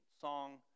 song